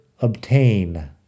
obtain